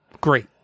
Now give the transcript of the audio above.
great